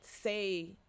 say